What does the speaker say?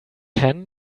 hen